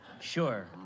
Sure